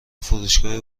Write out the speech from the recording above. فروشگاه